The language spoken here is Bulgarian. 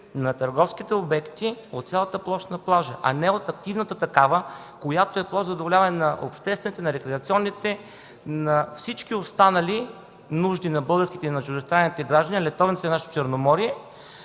на търговските обекти от цялата площ на плажа, а не от активната такава, която е по задоволяване на обществените, на ликвидационните, на всички останали нужди на българските и чуждестранните граждани, на летовниците на нашето Черноморие,